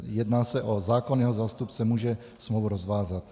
Jedná se o zákonného zástupce, může smlouvu rozvázat.